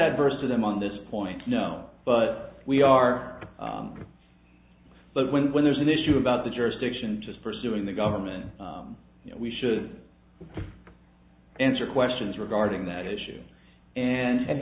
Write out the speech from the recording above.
adverse to them on this point no but we are but when when there's an issue about the jurisdiction just pursuing the government we should answer questions regarding that issue and